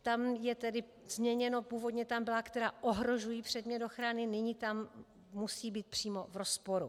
Tam je to tedy změněno původně tam bylo která ohrožují předmět ochrany, nyní tam musí být přímo v rozporu.